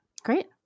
Great